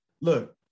look